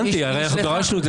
הבנתי, הרי דרשנו את זה.